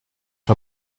her